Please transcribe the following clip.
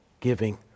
giving